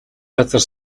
газар